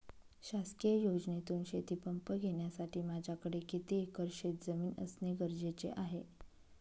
शासकीय योजनेतून शेतीपंप घेण्यासाठी माझ्याकडे किती एकर शेतजमीन असणे गरजेचे आहे?